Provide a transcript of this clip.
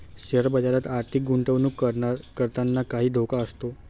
share बाजारात आर्थिक गुंतवणूक करताना काही धोका असतो